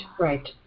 right